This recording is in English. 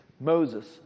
Moses